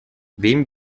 wem